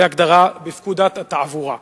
כהגדרה בפקודת התעבורה.